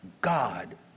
God